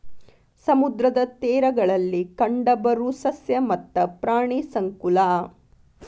ಸಮುದ್ರದ ತೇರಗಳಲ್ಲಿ ಕಂಡಬರು ಸಸ್ಯ ಮತ್ತ ಪ್ರಾಣಿ ಸಂಕುಲಾ